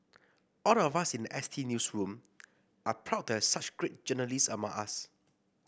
all of us in the S T newsroom are proud to have such great journalists among us